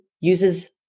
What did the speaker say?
uses